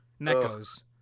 Nekos